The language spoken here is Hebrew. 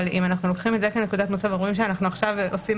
אבל אם אנחנו לוקחים את זה כנקודת מוצא ואומרים שאנחנו עכשיו עושים